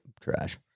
trash